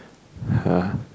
!huh!